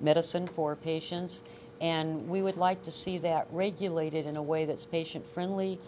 medicine for patients and we would like to see that regulated in a way that's patient friendly